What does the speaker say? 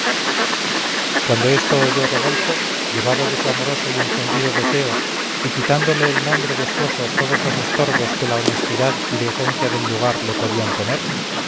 cuando esto oyó rodolfo llevado de su amoroso y encendido deseo y quitándole el nombre de esposo todos los estorbos que la honestidad y decencia del lugar le podían poner